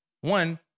one